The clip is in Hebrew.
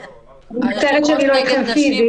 אני מתנצלת שאני לא איתכם פיזית.